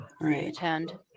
attend